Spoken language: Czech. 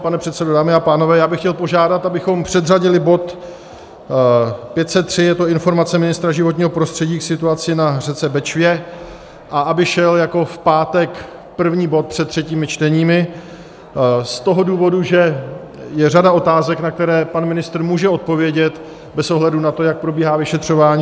Pane předsedo, dámy a pánové, já bych chtěl požádat, abychom předřadili bod 503, je to Informace ministra životního prostředí k situaci na řece Bečvě, a aby šel jako v pátek první bod před třetími čteními z toho důvodu, že je řada otázek, na které pan ministr může odpovědět bez ohledu na to, jak probíhá vyšetřování.